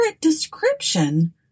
description